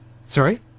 sorry